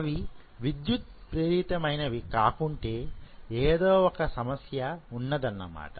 అవి విద్యుత్ ప్రెరితమయినవి కాకుంటే ఏదో ఒక సమస్య ఉన్నదన్నమాట